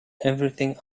everything